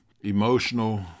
emotional